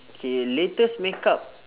okay latest makeup